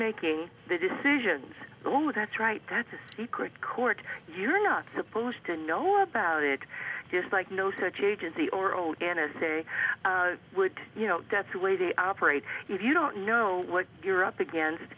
making their decisions that's right that's a secret court you're not supposed to know about it just like no such agency or all n s a would you know that's the way they operate if you don't know what you're up against